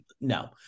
No